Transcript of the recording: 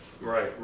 Right